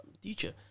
teacher